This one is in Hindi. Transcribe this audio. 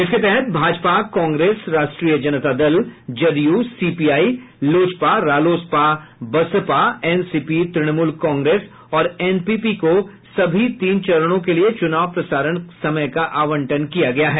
इसके तहत भाजपा कांग्रेस राष्ट्रीय जनता दल जदयू सीपीआई लोजपा रालोसपा बसपा एनसीपी तृणमूल कांग्रेस और एनपीपी को सभी तीनों चरणों के लिए चुनाव प्रसारण समय का आवंटन किया गया है